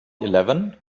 eleven